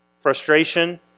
frustration